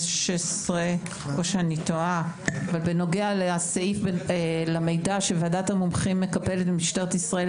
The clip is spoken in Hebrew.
או שאני טועה אבל בנוגע למידע שוועדת המומחים מקבלת ממשטרת ישראל,